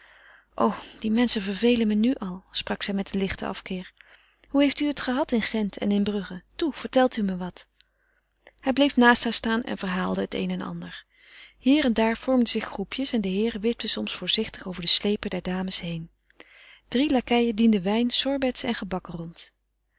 o die menschen vervelen me nu al sprak zij met een lichten afkeer hoe heeft u het gehad in gent en in brugge toe vertelt u me wat hij bleef naast haar staan en verhaalde het een en ander hier en daar vormden zich groepjes en de heeren wipten soms voorzichtig over de sleepen der dames heen drie lakeien dienden wijn sorbets en gebak rond